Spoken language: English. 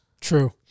True